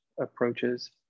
approaches